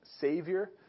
Savior